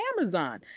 Amazon